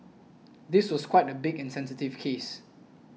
this was quite a big and sensitive case